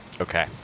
Okay